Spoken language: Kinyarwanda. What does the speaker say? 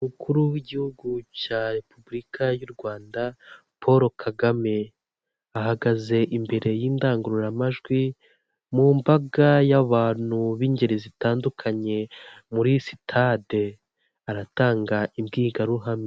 Umukuru w'igihugu cya repubulika y'u Rwanda Paul Kagame ahagaze imbere y'indangururamajwi mu mbaga y'abantu b'ingeri zitandukanye muri sitade aratanga imbwirwaruhame.